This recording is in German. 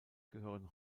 gehören